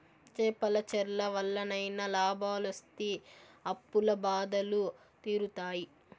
చేపల చెర్ల వల్లనైనా లాభాలొస్తి అప్పుల బాధలు తీరుతాయి